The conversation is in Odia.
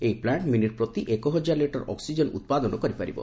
ଏହି ପ୍ଲାଷ୍ଟ୍ ମିନିଟ୍ ପ୍ରତି ଏକ ହଜାର ଲିଟର ଅକ୍କିଜେନ୍ ଉପାଦନ କରିପାରିବ